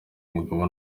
umugabo